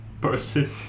person